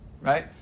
right